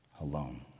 alone